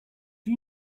you